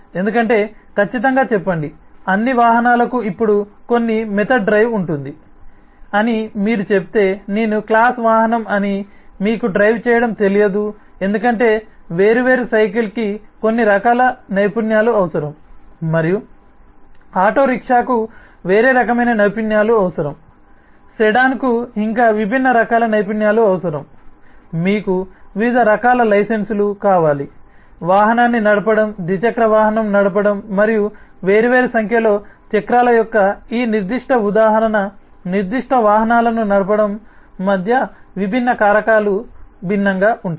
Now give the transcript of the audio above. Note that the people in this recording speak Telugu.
ఎందుకంటే ఖచ్చితంగా చెప్పండి అన్ని వాహనాలకు ఇప్పుడు కొన్ని మెథడ్ డ్రైవ్ ఉంటుంది అని మీరు చెబితే నేను క్లాస్ వాహనం అని మీకు డ్రైవ్ చేయడం తెలియదు ఎందుకంటే వేర్వేరు సైకిల్కి కొన్ని రకాల నైపుణ్యాలు అవసరం మరియు ఆటో రిక్షాకు వేరే రకమైన నైపుణ్యాలు అవసరం సెడాన్కు ఇంకా విభిన్న రకాల నైపుణ్యాలు అవసరం మీకు వివిధ రకాల లైసెన్స్లు కావాలి వాహనాన్ని నడపడం ద్విచక్ర వాహనం నడపడం మరియు వేర్వేరు సంఖ్యలో చక్రాల యొక్క ఈ నిర్దిష్ట ఉదాహరణ నిర్దిష్ట వాహనాలను నడపడం మధ్య విభిన్న కారకాలు భిన్నంగా ఉంటాయి